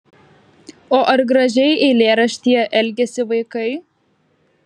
o ar gražiai eilėraštyje elgiasi vaikai